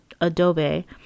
adobe